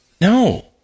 No